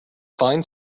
fine